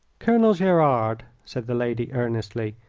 colonel gerard, said the lady, earnestly,